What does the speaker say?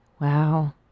Wow